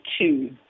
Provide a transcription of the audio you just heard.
two